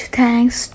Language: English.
thanks